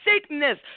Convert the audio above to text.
sickness